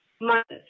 months